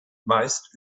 meist